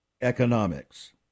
economics